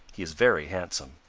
he is very handsome.